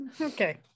okay